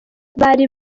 bari